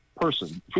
person